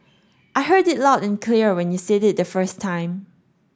I heard it loud and clear when you said it the first time